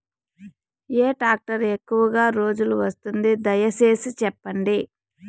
ఏ tractor ఎక్కువగా రోజులు వస్తుంది, దయసేసి చెప్పండి?